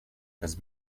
has